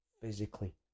physically